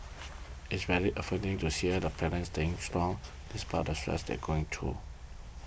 it's very affirming into hear the parents staying strong despite the stress they going through